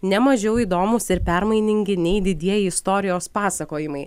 nemažiau įdomūs ir permainingi nei didieji istorijos pasakojimai